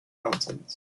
mountains